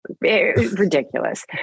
ridiculous